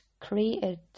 created